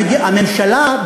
הממשלה,